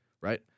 right